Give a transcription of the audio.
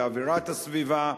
לאווירת הסביבה,